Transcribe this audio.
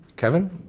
Kevin